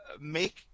make